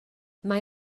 mae